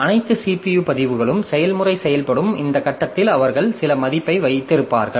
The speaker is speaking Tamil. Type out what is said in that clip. அனைத்து CPU பதிவுகளும் செயல்முறை செயல்படும் இந்த கட்டத்தில் அவர்கள் சில மதிப்பை வைத்திருப்பார்கள்